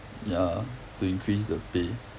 ya to increase the pay